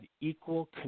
equal